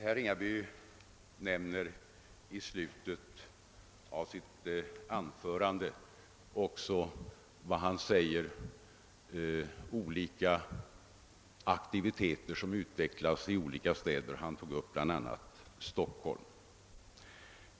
Herr RBingaby nämnde i slutet av sitt anförande en del aktiviteter som utvecklas i olika städer, bl.a. i Stockholm.